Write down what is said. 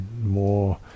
more